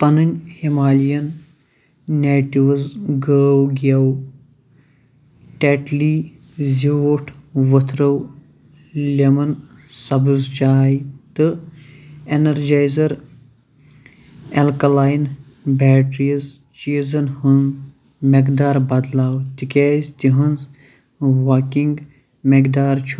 پنٕنۍ ہِمالین نیٹِوٗز گٲو گٮ۪و ٹیٹلی زیوٗٹھ ؤتھرو لٮ۪من سبٕز چاے تہٕ اٮ۪نرجایزر ایلکَلاین بیٹریٖز چیٖزَن ہُنٛد مٮ۪قدار بدلاو تِکیٛازِ تِہٕنٛز واکِنٛگ مٮ۪قدار چھُ